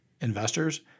investors